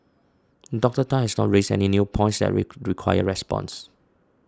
Doctor Tan has not raised any new points that require response